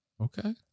okay